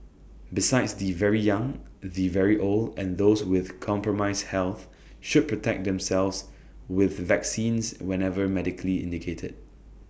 besides the very young the very old and those with compromised health should protect themselves with vaccines whenever medically indicated